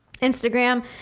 instagram